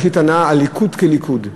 יש לי טענה על הליכוד כליכוד.